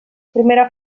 primera